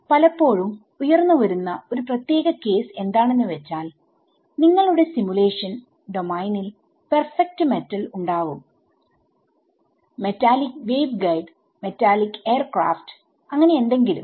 പലപ്പോഴും ഉയർന്നു വരുന്ന ഒരു പ്രത്യേക കേസ് എന്താണെന്ന് വെച്ചാൽ നിങ്ങളുടെ സിമുലേഷൻ ഡോമൈനിൽ പെർഫെക്ട് മെറ്റൽ ഉണ്ടാവും മെറ്റാലിക് വേവ്ഗൈഡ് മെറ്റാലിക് എയർക്രാഫ്റ്റ് അങ്ങനെ എന്തെങ്കിലും